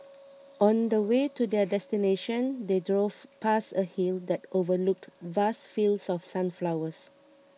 on the way to their destination they drove past a hill that overlooked vast fields of sunflowers